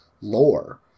lore